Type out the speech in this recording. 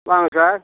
வாங்க சார்